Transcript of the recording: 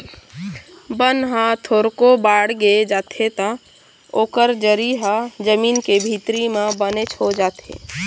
बन ह थोरको बाड़गे जाथे त ओकर जरी ह जमीन के भीतरी म बनेच हो जाथे